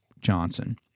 Johnson